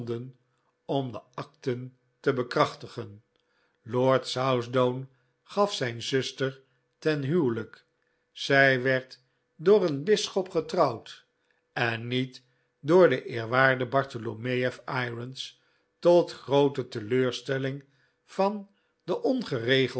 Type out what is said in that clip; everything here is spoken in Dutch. om de akten te bekrachtigen lord southdown gaf zijn zuster ten huwelijk zij werd door een bisschop getrouwd en niet door den eerwaarden bartholomew irons tot groote teleurstelling van den ongeregelden